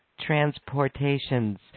transportations